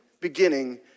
beginning